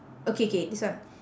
okay K this one